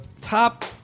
top